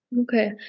Okay